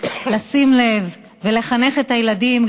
לשים לב ולחנך את הילדים,